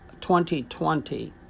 2020